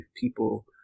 people